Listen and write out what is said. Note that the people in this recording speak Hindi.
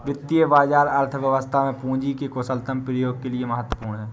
वित्तीय बाजार अर्थव्यवस्था में पूंजी के कुशलतम प्रयोग के लिए महत्वपूर्ण है